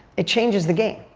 it changes the game.